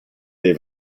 dei